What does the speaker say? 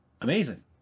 amazing